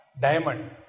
diamond